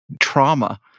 trauma